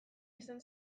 izan